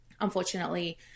Unfortunately